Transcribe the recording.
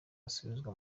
asubizwa